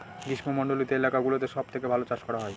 গ্রীষ্মমন্ডলীত এলাকা গুলোতে সব থেকে ভালো চাষ করা হয়